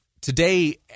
today